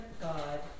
God